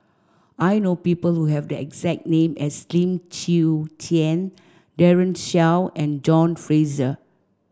I know people who have the exact name as Lim Chwee Chian Daren Shiau and John Fraser